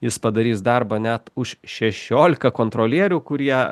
jis padarys darbą net už šešiolika kontrolierių kurie